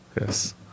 Yes